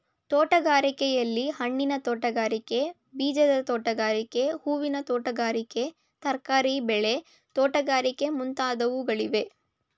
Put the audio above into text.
ತೋಟಗಾರಿಕೆಯಲ್ಲಿ, ಹಣ್ಣಿನ ತೋಟಗಾರಿಕೆ, ಬೀಜದ ತೋಟಗಾರಿಕೆ, ಹೂವಿನ ತೋಟಗಾರಿಕೆ, ತರಕಾರಿ ಬೆಳೆ ತೋಟಗಾರಿಕೆ ಮುಂತಾದವುಗಳಿವೆ